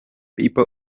people